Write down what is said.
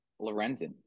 Lorenzen